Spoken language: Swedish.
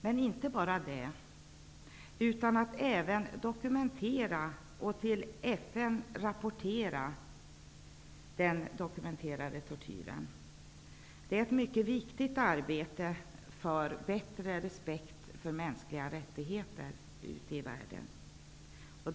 Men inte bara det -- vi har också förbundit oss att även dokumentera tortyren och till FN rapportera den dokumenterade tortyren. Det är ett mycket viktigt arbete för bättre respekt för mänskliga rättigheter ute i världen.